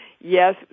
Yes